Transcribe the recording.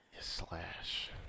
Slash